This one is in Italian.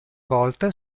volta